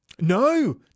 No